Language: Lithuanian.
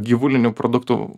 gyvulinių produktų